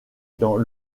dans